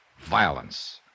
violence